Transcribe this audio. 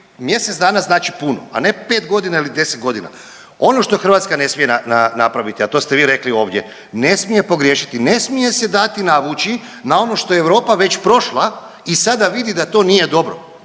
mjesec dana znači puno, a ne pet godina ili deset godina. Ono što Hrvatska ne smije napraviti, a to ste vi rekli ovdje. Ne smije pogriješiti, ne smije se dati navući na ono što je Europa već prošla i sada vidi da to nije dobro.